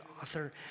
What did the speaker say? author